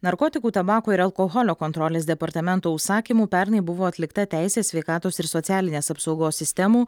narkotikų tabako ir alkoholio kontrolės departamento užsakymu pernai buvo atlikta teisės sveikatos ir socialinės apsaugos sistemų